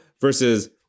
versus